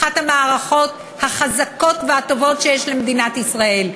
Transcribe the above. אחת המערכות החזקות והטובות שיש למדינת ישראל,